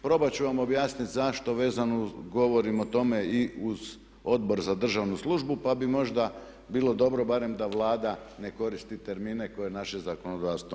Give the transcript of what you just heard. Probat ću vam objasnit zašto vezano govorim o tome i uz Odbor za državnu službu, pa bi možda bilo dobro barem da Vlada ne koristi termine koje naše zakonodavstvo ne poznaje.